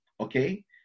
Okay